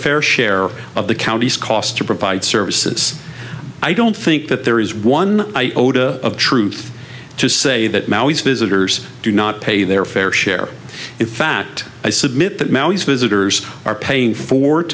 fair share of the county's cost to provide services i don't think that the or is one iota of truth to say that now he's visitors do not pay their fair share in fact i submit that now his visitors are paying four